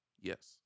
Yes